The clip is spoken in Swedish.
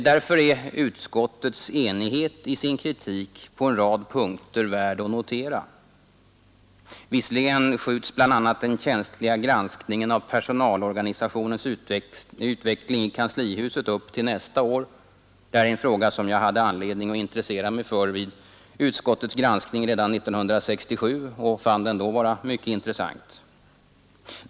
Därför är utskottets enighet i sin kritik på en rad punkter värd att notera. Visserligen skjuts bl.a. den känsliga granskningen av personalorganisationens utveckling i kanslihuset upp till nästa år. Det är en fråga som jag hade anledning att studera vid utskottets granskning redan 1967, och jag fann den då vara mycket intressant.